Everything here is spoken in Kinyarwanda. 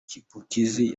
chipukizzy